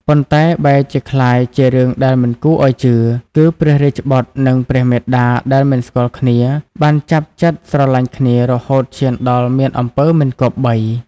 ប៉ុន្តែបែរជាក្លាយជារឿងដែលមិនគួរឲ្យជឿ គឺព្រះរាជបុត្រនិងព្រះមាតាដែលមិនស្គាល់គ្នាបានចាប់ចិត្តស្រឡាញ់គ្នារហូតឈានដល់មានអំពើមិនគប្បី។